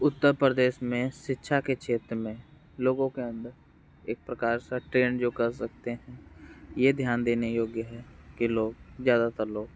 उत्तर प्रदेश में शिक्षा के क्षेत्र में लोगों के अंदर एक प्रकार सा ट्रेन जो कह सकते हैं यह ध्यान देने योग्य है कि लोग ज़्यादातर लोग